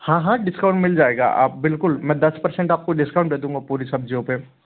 हाँ हाँ डिस्काउंट मिल जाएगा आप बिल्कुल मैं दस परसेंट आपको डिस्काउंट दे दूंगा पूरी सब्ज़ियों पे